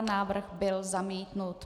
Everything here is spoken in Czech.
Návrh byl zamítnut.